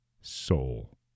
soul